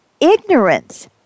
ignorance